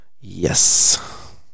Yes